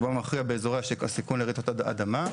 רובם המכריע באזורי הסיכון לרעידות אדמה,